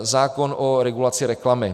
Zákon o regulaci reklamy.